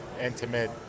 intimate